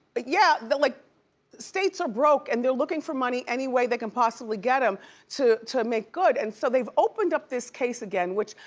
but yeah the like states are broke and they're looking for money any way they can possibly get em to to make good, and so they've opened up this case again, which,